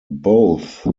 both